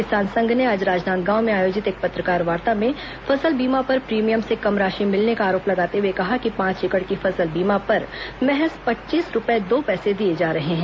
किसान संघ ने आज राजनांदगांव में आयोजित एक पत्रकारवार्ता में फसल बीमा पर प्रीमियम से कम राशि मिलने का अरोप लगाते हुए कहा कि पांच एकड़ की फसल बीमा पर महज पच्चीस रूपए दो पैसे दिए जा रहे हैं